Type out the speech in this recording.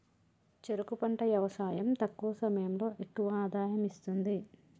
చెరుకు పంట యవసాయం తక్కువ సమయంలో ఎక్కువ ఆదాయం ఇస్తుంది